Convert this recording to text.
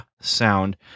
sound